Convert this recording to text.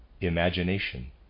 imagination